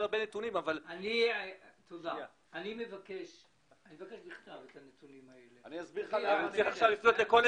אני מבקש את הנתונים האלה בכתב.